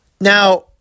Now